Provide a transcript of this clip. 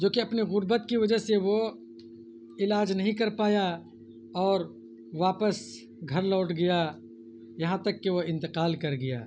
جو کہ اپنے غربت کی وجہ سے وہ علاج نہیں کر پایا اور واپس گھر لوٹ گیا یہاں تک کہ وہ انتقال کر گیا